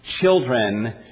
children